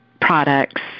products